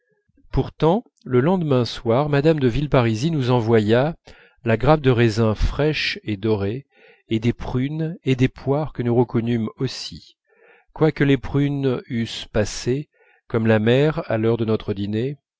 pourtant le lendemain soir mme de villeparisis nous envoya la grappe de raisins fraîche et dorée et des prunes et des poires que nous reconnûmes aussi quoique les prunes eussent passé comme la mer à l'heure de notre dîner